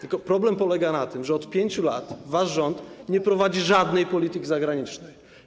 Tylko problem polega na tym, że od 5 lat wasz rząd nie prowadzi żadnej polityki zagranicznej.